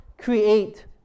create